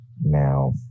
Now